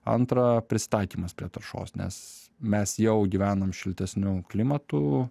antra prisitaikymas prie taršos nes mes jau gyvenam šiltesniu klimatu